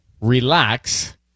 relax